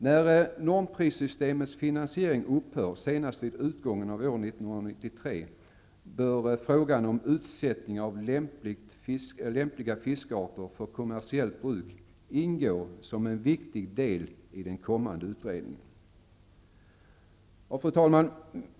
När normprissystemets finansiering upphör, senast vid utgången av år 1993, bör utsättningar av lämpliga fiskarter för kommersiellt bruk ingå som en viktig del i den kommande utredningen.